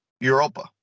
Europa